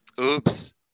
Oops